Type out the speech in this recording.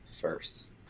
first